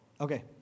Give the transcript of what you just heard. Okay